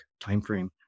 timeframe